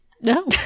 No